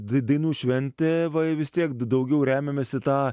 di dainų šventė va vis tiek daugiau remiamės į tą